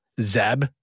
Zeb